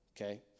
Okay